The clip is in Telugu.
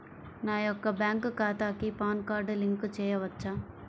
నా యొక్క బ్యాంక్ ఖాతాకి పాన్ కార్డ్ లింక్ చేయవచ్చా?